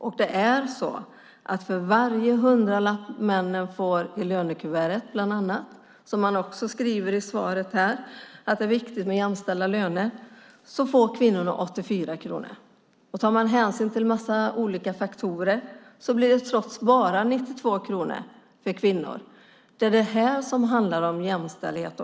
Det är så att för varje hundralapp som männen får i lönekuvertet - och det sägs i svaret här att det är viktigt med jämställda löner - får kvinnorna 84 kronor. Tar man hänsyn till en massa olika faktorer blir det trots det bara 92 kronor för kvinnor. Det här handlar också om jämställdhet.